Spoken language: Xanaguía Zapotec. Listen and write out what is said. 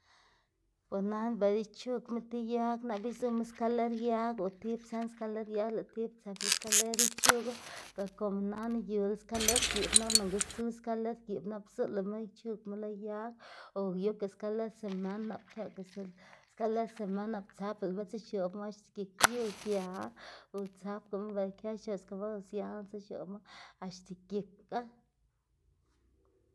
Bo nana bela ichugma ti yag nap izuma skaler yag o tib zën skaler yag lëꞌ stib tsëp lo skaler ic̲h̲ugu be como nana yu skaler giꞌb nap nonga zu skaler giꞌb nap zulama ic̲h̲ugma lo yag o yuka skaler semënd nap këka skaler semënd nap tsëpma ga dzix̱oꞌbma axta gik yu gia o tsëpgama bela kë siala dzix̱oꞌbma axta gikga.